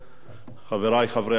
חברי חברי הכנסת,